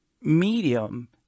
medium